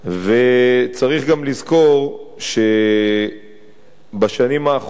צריך גם לזכור שבשנים האחרונות,